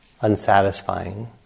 unsatisfying